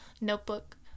notebook